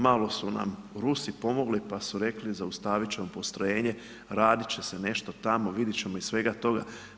Malo su nam Rusi pomogli, pa su rekli zaustaviti ćemo postrojenje, raditi će se nešto tamo, vidjeti ćemo iz svega toga.